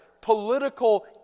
political